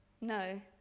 No